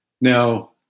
Now